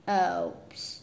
Oops